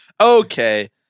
Okay